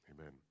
amen